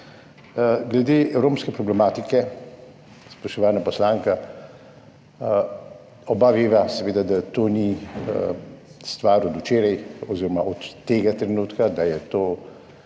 Glede romske problematike, spoštovana poslanka, oba veva, da to ni stvar od včeraj oziroma od tega trenutka, da je to